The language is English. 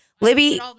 Libby